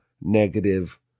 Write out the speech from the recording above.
negative